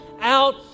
out